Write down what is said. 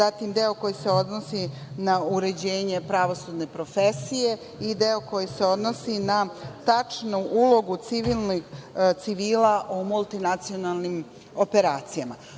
zatim deo koji se odnosi na uređenje pravosudne profesije i deo koji se odnosi na tačnu ulogu civila u multinacionalnim operacijama. Ono